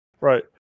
right